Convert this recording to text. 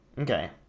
Okay